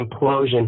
implosion